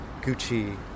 Gucci